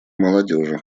молодежи